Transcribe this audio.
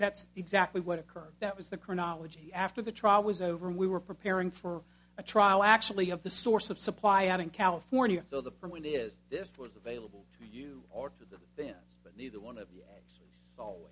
that's exactly what occurred that was the chronology after the trial was over we were preparing for a trial actually of the source of supply out in california so the point is this was available to you or to the fans but neither one of